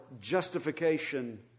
justification